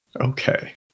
Okay